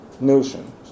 notion